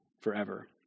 forever